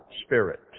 spirit